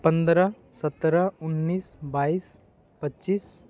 पन्द्रह सत्रह उन्नीस बाइस पच्चीस